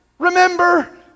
Remember